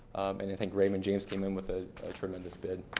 and i think raymond james came in with a tremendous bid.